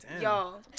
Y'all